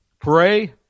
Pray